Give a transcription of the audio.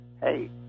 hey